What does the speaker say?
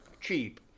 cheap